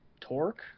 Torque